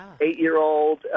eight-year-old